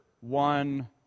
one